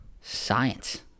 Science